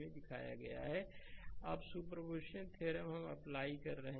slide समय देखें 2150 अब सुपरपोजिशन हम अप्लाई कर रहे हैं